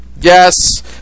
Yes